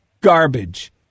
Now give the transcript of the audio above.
garbage